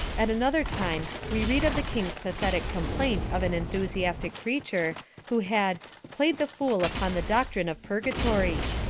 at another time we read of the king's pathetic complaint of an enthusiastic preacher who had played the fool upon the doctrine of purga tory,